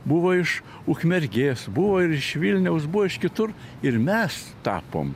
buvo iš ukmergės buvo ir iš vilniaus buvo iš kitur ir mes tapom